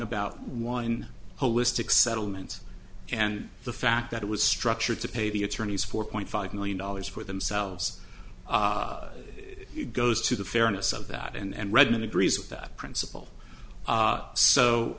about one holistic settlement and the fact that it was structured to pay the attorneys four point five million dollars for themselves it goes to the fairness of that and rather than agrees with that principle